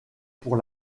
pour